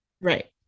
Right